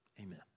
amen